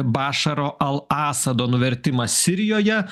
bašaro al asado nuvertimas sirijoje